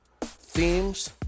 themes